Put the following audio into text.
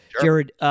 Jared